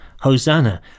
Hosanna